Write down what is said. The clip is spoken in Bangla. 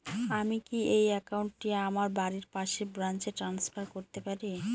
আমি কি এই একাউন্ট টি আমার বাড়ির পাশের ব্রাঞ্চে ট্রান্সফার করতে পারি?